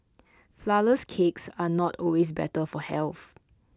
Flourless Cakes are not always better for health